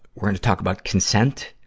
we're gonna talk about consent.